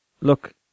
Look